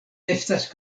estas